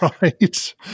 Right